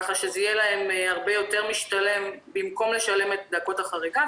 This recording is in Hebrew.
כך שזה יהיה הרבה יותר משתלם במקום לשלם את דקות החריגה.